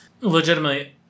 Legitimately